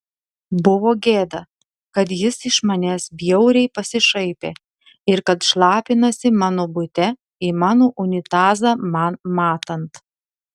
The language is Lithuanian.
buvo gėda kad jis iš manęs bjauriai pasišaipė ir kad šlapinasi mano bute į mano unitazą man matant